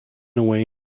away